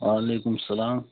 وعلیکُم سلام